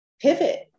pivot